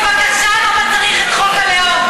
הינה, בבקשה, זה למה צריך את חוק הלאום.